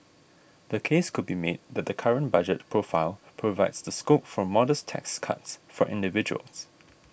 the case could be made that the current budget profile provides the scope for modest tax cuts for individuals